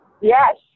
Yes